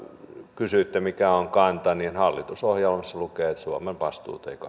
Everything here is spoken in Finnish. kysyitte mikä on kanta hallitusohjelmassa lukee että suomen vastuut eivät